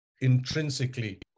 intrinsically